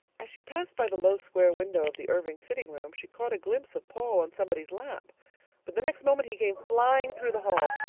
as she passed by the low, square window of the irving sitting room she caught a glimpse of paul on somebody's lap but the next moment he came flying through the hall.